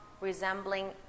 resembling